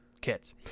kids